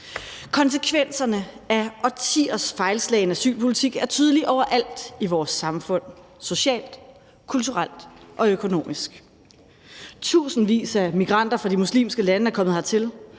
Konsekvenserne af årtiers fejlslagen asylpolitik er tydelig overalt i vores samfund, socialt, kulturelt og økonomisk. Tusindvis af migranter fra de muslimske lande er kommet hertil,